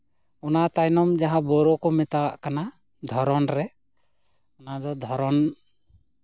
ᱚᱱᱟ ᱛᱟᱭᱱᱚᱢ ᱡᱟᱦᱟᱸ ᱵᱳᱨᱳ ᱠᱚ ᱢᱮᱛᱟᱣᱟᱜ ᱠᱟᱱᱟ ᱫᱷᱚᱨᱚᱱ ᱨᱮ ᱚᱱᱟ ᱫᱚ ᱫᱷᱚᱨᱚᱱ